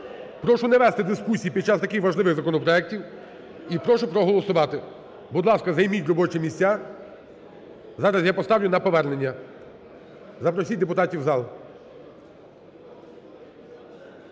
Прошу не вести дискусій під час таких важливих законопроектів і прошу проголосувати. Будь ласка, займіть робочі місця, зараз я поставлю на повернення. Запросіть депутатів в зал.